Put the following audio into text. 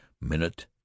minute